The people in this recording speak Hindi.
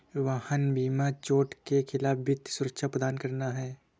वाहन बीमा चोट के खिलाफ वित्तीय सुरक्षा प्रदान करना है